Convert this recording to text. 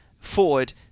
forward